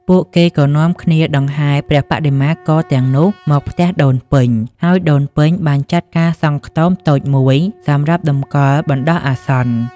ពួកគេក៏នាំគ្នាដង្ហែព្រះបដិមាករទាំងនោះមកដល់ផ្ទះដូនពេញ ហើយដូនពេញបានចាត់ការសង់ខ្ទមតូចមួយសម្រាប់តម្កល់បណ្តោះអាសន្ន។